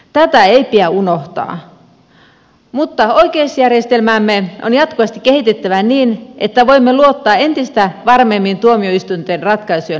tätä ei pidä unohtaa mutta oikeusjärjestelmäämme on jatkuvasti kehitettävä niin että voimme luottaa entistä varmemmin tuomioistuinten ratkaisujen oikeellisuuteen